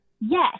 yes